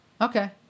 Okay